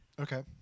Okay